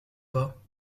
pas